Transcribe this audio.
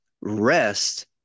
rest